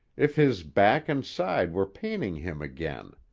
if his back and side were paining him again?